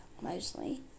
mostly